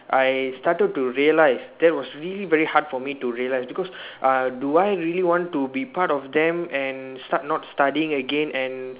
I started to realise that was really very hard for me to realise because uh do I really want to be part of them and start not studying again and